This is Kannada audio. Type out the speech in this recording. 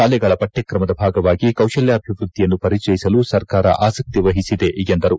ಶಾಲೆಗಳ ಪಕ್ಕಕಮದ ಭಾಗವಾಗಿ ಕೌಶಲ್ವಾಭಿವೃದ್ದಿಯನ್ನು ಪರಿಚಿಯಸಲು ಸರ್ಕಾರ ಆಸಕ್ತಿ ವಹಿಸಿದೆ ಎಂದರು